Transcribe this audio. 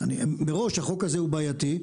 מראש החוק הזה הוא בעייתי,